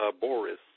Boris